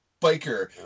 biker